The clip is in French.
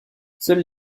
seuls